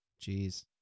Jeez